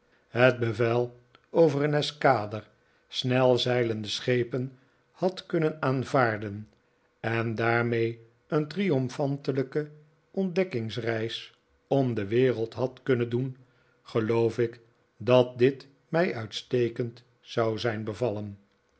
het bevel over een eskader snelzeilende schepen had kunnen aanvaarden en daarmee een triomfantelijke ontdekkingsreis om de wereld had kunnen doen geloof ik dat dit mij uitstekend zou zijn bevallen